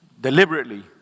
deliberately